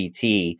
CT